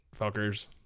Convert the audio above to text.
fuckers